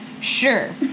Sure